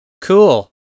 Cool